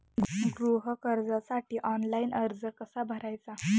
गृह कर्जासाठी ऑनलाइन अर्ज कसा भरायचा?